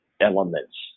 elements